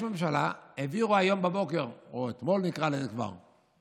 יש ממשלה, העבירו היום בבוקר, או אתמול, תקציב,